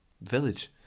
village